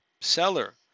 seller